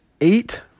eight